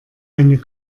eine